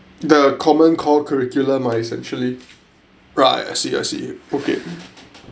the common core curriculum ah essentially right I see I see okay